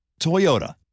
Toyota